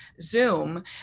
zoom